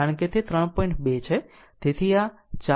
તેથી આ 4 3